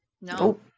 No